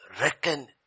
reckon